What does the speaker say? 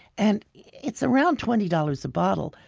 and it's around twenty dollars a bottle,